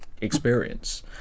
experience